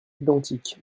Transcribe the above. identiques